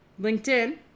LinkedIn